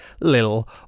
little